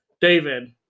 David